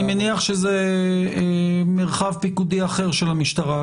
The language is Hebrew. אני מניח שזה מרחב פיקודי אחר של המשטרה,